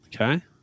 Okay